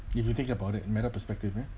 if you think about it in a matter of perspective meh